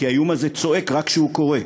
כי האיום הזה צועק רק כשהוא קורה.